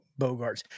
bogarts